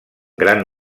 gran